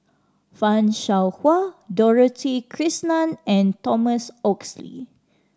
Fan Shao Hua Dorothy Krishnan and Thomas Oxley